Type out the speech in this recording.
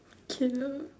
caleb